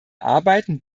arbeiten